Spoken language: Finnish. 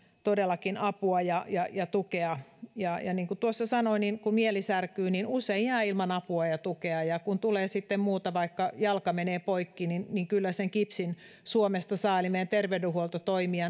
apua ja ja tukea niin kuin tuossa sanoin kun mieli särkyy niin usein jää ilman apua ja tukea ja kun tulee sitten muuta vaikka jalka menee poikki niin niin kyllä sen kipsin suomesta saa eli meidän terveydenhuolto toimii